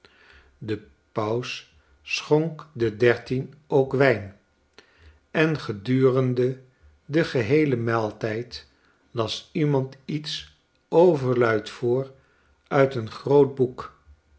de paus schonk de dertien ook wijn en gedurende den geheelen maaltijd las iemand iets overluid voor uit een groot boek